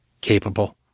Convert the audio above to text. capable